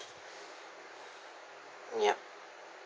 yup